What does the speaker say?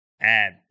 Add